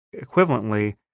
equivalently